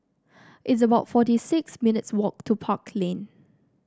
it's about forty six minutes' walk to Park Lane